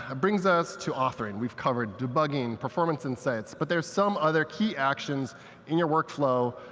ah brings us to authoring. we've covered debugging, performance insights, but there's some other key actions in your workflow.